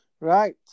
Right